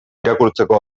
irakurtzeko